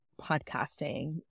podcasting